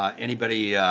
ah anybody